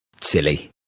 silly